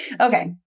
okay